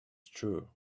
true